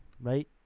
right